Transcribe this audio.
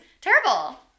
terrible